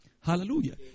hallelujah